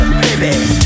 baby